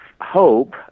hope